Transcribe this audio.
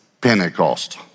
Pentecost